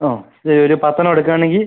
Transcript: ആ ഇത് ഒരു പത്ത് എണ്ണം എടുക്കുവാണെങ്കിൽ